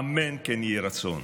אמן כן יהי רצון.